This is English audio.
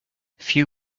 few